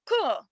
Cool